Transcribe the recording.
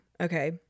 okay